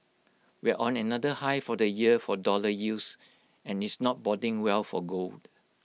we're on another high for the year for dollar yields and it's not boding well for gold